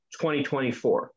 2024